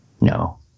No